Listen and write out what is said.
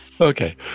Okay